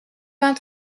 vingt